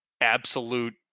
absolute